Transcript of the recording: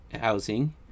housing